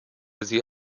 sie